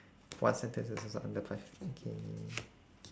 one sentence is also under five okay K